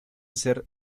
ser